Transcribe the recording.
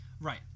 Right